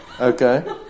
Okay